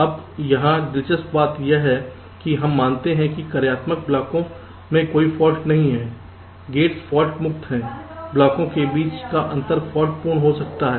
अब यहां दिलचस्प बात यह है कि हम मानते हैं कि कार्यात्मक ब्लॉकों में कोई फाल्ट नहीं है गेट्स फाल्ट मुक्त हैं ब्लॉकों के बीच का अंतर फाल्ट पूर्ण हो सकता है